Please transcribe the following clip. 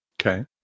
Okay